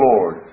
Lord